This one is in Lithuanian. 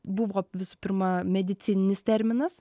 buvo visų pirma medicininis terminas